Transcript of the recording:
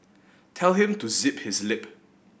tell him to zip his lip